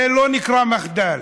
זה לא נקרא מחדל.